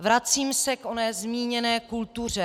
Vracím se k oné zmíněné kultuře.